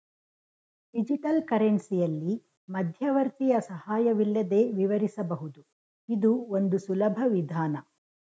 digital ಕರೆನ್ಸಿಯಲ್ಲಿ ಮಧ್ಯವರ್ತಿಯ ಸಹಾಯವಿಲ್ಲದೆ ವಿವರಿಸಬಹುದು ಇದು ಒಂದು ಸುಲಭ ವಿಧಾನ